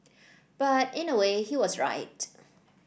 but in a way he was right